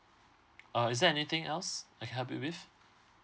uh is there anything else I can help you with